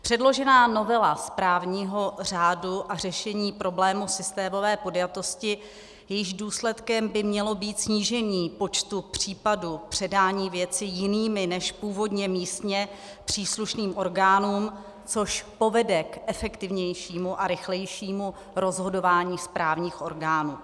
Předložená novela správního řádu a řešení problému systémové podjatosti, jejímž důsledkem by mělo být snížení počtu případů předání věci jiným než původně místně příslušným orgánům, což povede k efektivnějšímu a rychlejšímu rozhodování správních orgánů.